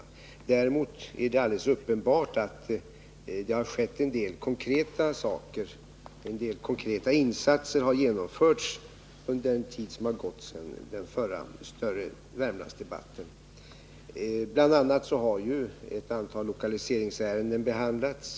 Däremot är det alldeles uppenbart att det har skett en del konkreta insatser under den tid som gått sedan den senaste större Värmlandsdebatten. Bl. a. har ett antal lokaliseringsärenden behandlats.